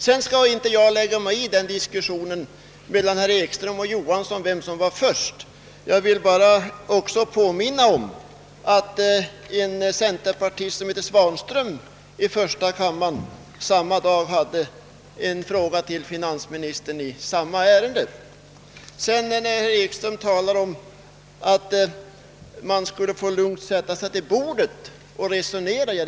Jag skall inte lägga mig i diskussionen mellan herr Ekström och herr Johansson om vem som var först. Jag vill bara påminna om att en centerpartist i första kammaren, herr Svanström, samma dag ställde en fråga till finansministern i samma ärende. Herr Ekström säger att parterna borde få sätta sig vid ett bord och lugnt resonera om saken.